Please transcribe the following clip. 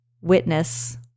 witness